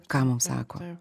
ką mum sako